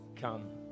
come